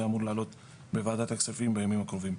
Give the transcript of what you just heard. זה אמור להעלות בוועדת הכספים בימים הקרובים.